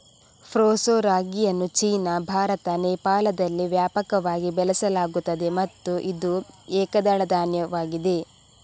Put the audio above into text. proso ರಾಗಿಯನ್ನು China, Bharat, ನೇಪಾಳದಲ್ಲಿ ವ್ಯಾಪಕವಾಗಿ ಬೆಳೆಸಲಾಗುತ್ತದೆ ಮತ್ತು ಇದು ಏಕದಳ ಧಾನ್ಯವಾಗಿದೆ